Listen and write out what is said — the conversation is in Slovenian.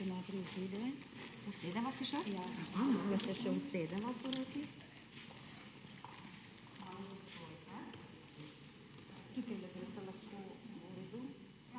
hvala.